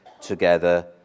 together